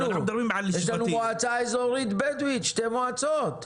יש לנו מועצה אזורית בדווית, יש שתי מועצות,